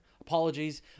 Apologies